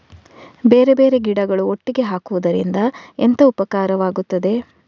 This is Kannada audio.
ಬೇರೆ ಬೇರೆ ಗಿಡಗಳು ಒಟ್ಟಿಗೆ ಹಾಕುದರಿಂದ ಎಂತ ಉಪಕಾರವಾಗುತ್ತದೆ?